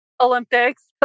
Olympics